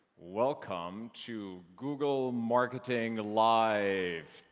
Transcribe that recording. welcome to google marketing live.